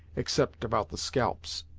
except about the scalps